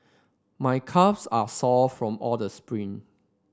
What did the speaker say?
my calves are sore from all the sprint